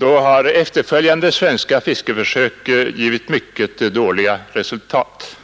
har efterföljande svenska fiskeförsök givit mycket dåligt resultat.